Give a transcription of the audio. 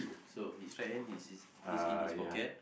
so his right hand is is in his pocket